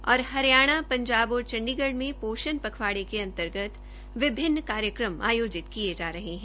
हरियाणा पंजाब और चण्डीगढ में पोषण पखवाड़े के अंतर्गत विभिन्न कार्यक्रम आयोजित किए जा रहे हैं